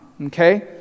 Okay